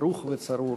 ברוך וצרור